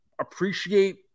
appreciate